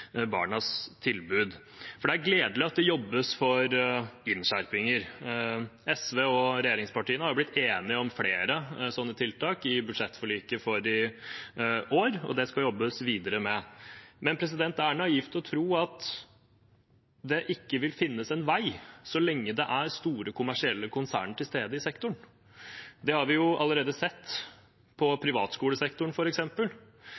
barnas tilbud. Det er gledelig at det jobbes for innskjerpinger. SV og regjeringspartiene har blitt enige om flere sånne tiltak i budsjettforliket for i år, og det skal det jobbes videre med. Men det er naivt å tro at det ikke vil finnes en vei, så lenge det er store kommersielle konserner til stede i sektoren. Det har vi allerede sett